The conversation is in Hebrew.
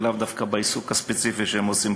ולאו דווקא בעיסוקם הספציפי היום.